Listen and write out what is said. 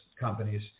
companies